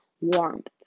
warmth